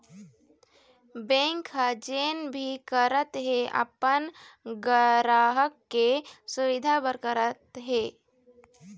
bank ह जेन भी करत हे अपन गराहक के सुबिधा बर करत हे